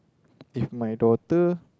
if my daughter